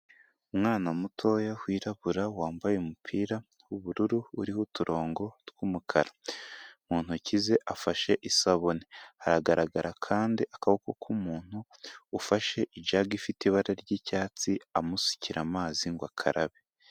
Umwana mutoya wirabura wambaye umupira w'ubururu uriho uturongo tw'umukara, mu ntoki ze afashe isabune, haragaragara kandi akaboko k'umuntu ufashe ijagi ifite ibara ry'icyatsi amusukira amazi ngo akarabe.